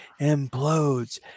implodes